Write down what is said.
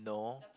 no